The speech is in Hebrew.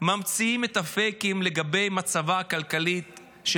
ממציאים את הפייקים לגבי מצבה הכלכלי של